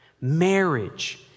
Marriage